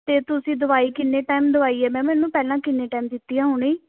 ਅਤੇ ਤੁਸੀਂ ਦਵਾਈ ਕਿੰਨੇ ਟਾਈਮ ਦਵਾਈ ਹੈ ਮੈਮ ਇਹਨੂੰ ਪਹਿਲਾਂ ਕਿੰਨੇ ਟਾਈਮ ਦਿੱਤੀ ਆ ਹੁਣ